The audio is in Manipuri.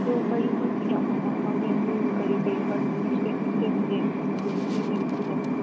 ꯑꯗꯨ ꯃꯔꯤꯃꯛꯇꯒꯤ ꯑꯃꯝꯃꯝ ꯂꯧꯒꯦ ꯑꯗꯨ ꯀꯔꯤ ꯀꯔꯤ ꯐꯔꯅꯤꯆꯔ ꯁꯦꯝꯒꯦ ꯅꯪꯒꯤ ꯕꯦꯝꯕꯨꯗꯣ